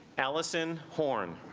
allison horne